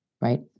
right